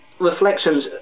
reflections